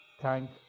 thank